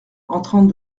entrant